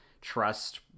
trust